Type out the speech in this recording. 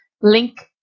link